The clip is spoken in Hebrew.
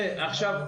עכשיו,